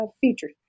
features